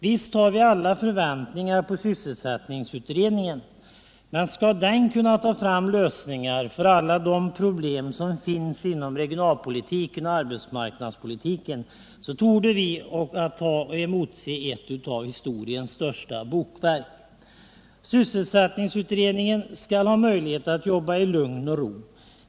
Visst har vi alla förväntningar på sysselsättningsutredningen, men skall den kunna ta fram lösningar för alla de problem som finns inom regionalpolitiken och arbetsmarknadspolitiken, torde vi ha att emotse ett av historiens största bokverk. Sysselsättningsutredningen skall ha möjlighet att jobba i lugn och ro.